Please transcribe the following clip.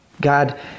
God